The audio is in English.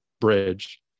bridge